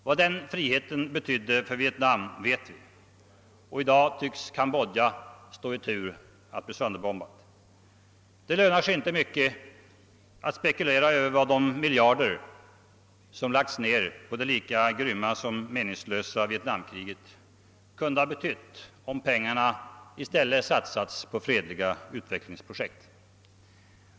Vad den friheten betyder för Vietnam vet vi, och i dag tycks Kambodja stå i tur att bli sönderbombat. Det lönar sig inte mycket att spekulera över vad de miljarder som lagts ned på det lika grymma som meningslösa Vietnamkriget hade kunnat betyda, om de i stället satsats på fredliga utvecklingsprojekt.